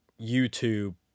YouTube